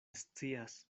scias